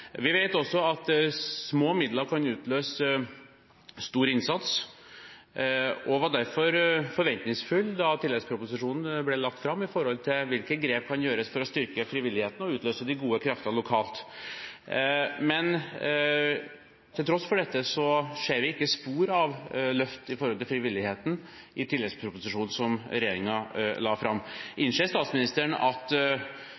Vi vet også at små midler kan utløse stor innsats. Jeg var derfor forventningsfull da tilleggsproposisjonen ble lagt fram, når det gjelder hvilke grep som kan gjøres for å styrke frivilligheten og utløse de gode kreftene lokalt. Men til tross for dette ser vi ikke spor av noe løft for frivilligheten i tilleggsproposisjonen som regjeringen la fram. Innser statsministeren at